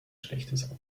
schlechtes